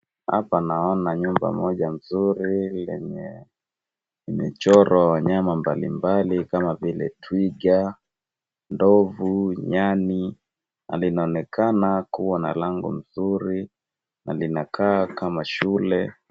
Hapa naona nyumba moja nzuri lenye limechorwa wanyama mbalimbali kama vile twiga, ndovu, nyani na linaonekana kuwa na lango nzuri. Na linaonekana kama shule.